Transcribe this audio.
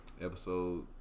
Episode